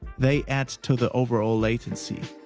they add to the overall latency.